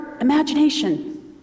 imagination